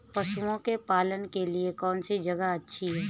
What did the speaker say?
पशुओं के पालन के लिए कौनसी जगह अच्छी है?